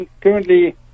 currently